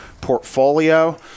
portfolio